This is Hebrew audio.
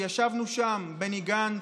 וישבנו שם בני גנץ,